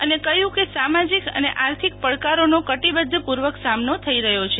અને કહ્યુ કે સામાજિક અને આર્થિક પડકારોને કટિબધ્ધપુ ર્વક સામનો થઈ રહ્યો છે